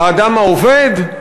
האדם העובד?